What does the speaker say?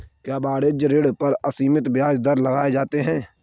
क्या वाणिज्यिक ऋण पर असीमित ब्याज दर लगाए जाते हैं?